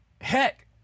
Heck